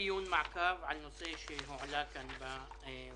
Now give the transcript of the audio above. דיון מעקב על נושא שעלה כאן בוועדה.